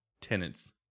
tenants